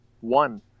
one